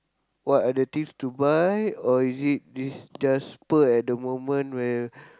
what are the things to buy or is it it's just spurt at the moment where